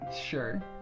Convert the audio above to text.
Sure